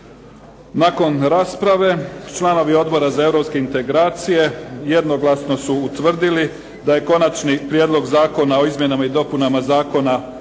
Nakon rasprave članovi Odbora za europske integracije jednoglasno su utvrdili da je Konačno prijedlog Zakona o izmjenama i dopunama Zakona o